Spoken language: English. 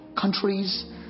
countries